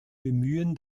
bemühen